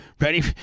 Ready